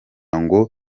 ngo